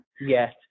Yes